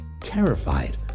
terrified